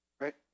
Right